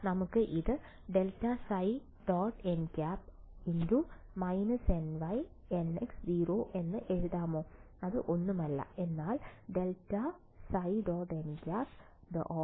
നമുക്ക് ഇത് ∇ϕ · nˆ− nynx0 എന്ന് എഴുതാമോ അത് ഒന്നുമല്ല എന്നാൽ ∇ϕ · nˆ ˆt